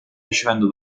ricevendo